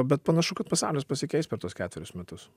bet panašu kad pasaulis pasikeis per tuos ketverius metus